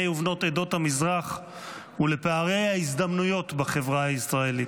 ובנות עדות המזרח ולפערי ההזדמנויות בחברה הישראלית.